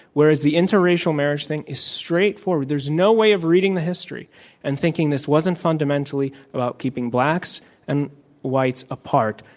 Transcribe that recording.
whereas the interracial marriage thing is straightforward. there's no way of reading the history and thinking this wasn't fundamentally about keeping blacks and whites apart,